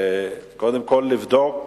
קודם כול לבדוק,